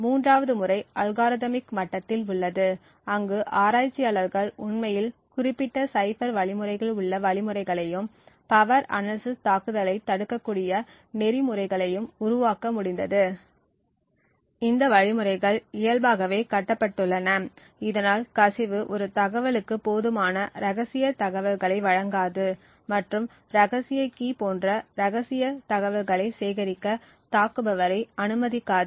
மூன்றாவது முறை அல்காரிதமிக் மட்டத்தில் உள்ளது அங்கு ஆராய்ச்சியாளர்கள் உண்மையில் குறிப்பிட்ட சைபர் வழிமுறைகளில் உள்ள வழிமுறைகளையும் பவர் அனாலிசிஸ் தாக்குதல்களைத் தடுக்கக்கூடிய நெறிமுறைகளையும் உருவாக்க முடிந்தது இந்த வழிமுறைகள் இயல்பாகவே கட்டப்பட்டுள்ளன இதனால் கசிவு ஒரு தகவலுக்கு போதுமான ரகசிய தகவல்களை வழங்காது மற்றும் ரகசிய கீ போன்ற ரகசிய தகவல்களை சேகரிக்க தாக்குபவரை அனுமதிக்காது